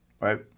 Right